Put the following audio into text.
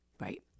Right